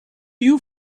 you